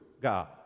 God